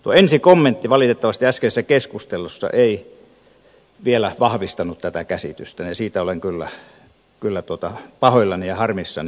tuo ensi kommentti valitettavasti äskeisessä keskustelussa ei vielä vahvistanut tätä käsitystä ja siitä olen kyllä pahoillani ja harmissani